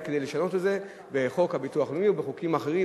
כדי לשנות את זה בחוק הביטוח הלאומי ובחוקים אחרים,